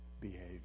behavior